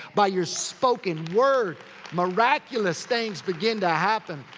by your spoken word miraculous things begin to happen.